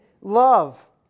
love